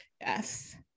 Yes